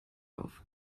auf